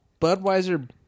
Budweiser